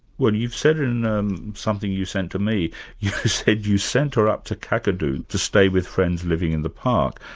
well you've said in um something you sent to me, you said you sent her up to kakadu to stay with friends living in the park,